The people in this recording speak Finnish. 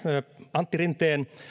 antti rinteen